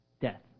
Death